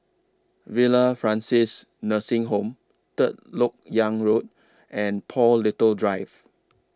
Villa Francis Nursing Home Third Lok Yang Road and Paul Little Drive